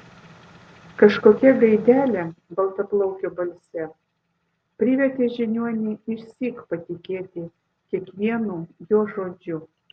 kažkokia gaidelė baltaplaukio balse privertė žiniuonį išsyk patikėti kiekvienu jo žodžiu